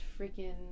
freaking